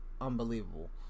unbelievable